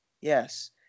Yes